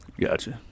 Gotcha